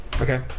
Okay